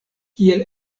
kiel